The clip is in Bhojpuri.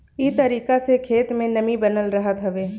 इ तरीका से खेत में नमी बनल रहत हवे